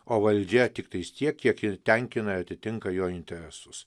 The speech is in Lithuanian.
o valdžia tiktais tiek kiek jin tenkina ir atitinka jo interesus